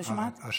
בבקשה.